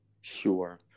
Sure